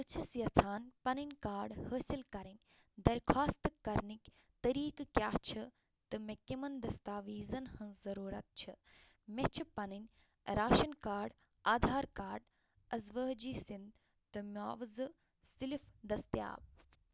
بہٕ چھَس یژھان پین کارڈ حٲصل کرٕنۍ درخواست کرنٕکۍ طٔریٖقہٕ کیٛاہ چھِ تہٕ مےٚ کٔمن دستاویٖزن ہنٛز ضروٗرت چھِ مےٚ چھ پنٕنۍ راشن کارڈ آدھار کارڈ ازوٲجی سِند تہٕ معاوضہٕ سِلپ دستیاب